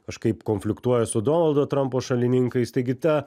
kažkaip konfliktuoja su donaldo trampo šalininkais taigi ta